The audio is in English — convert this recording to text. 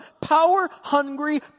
Power-hungry